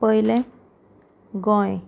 पयलें गोंय